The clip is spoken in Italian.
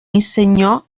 insegnò